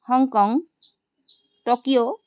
Hong Kong Tokyo